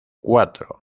cuatro